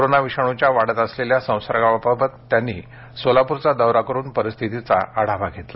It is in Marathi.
कोरोना विषाणूच्या वाढत चालेल्या संसर्गाबाबत त्यांनी सोलापूर दौरा करून परिस्थितीचा आढावा घेतला